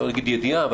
לא אגיד ידיעה,